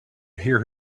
hear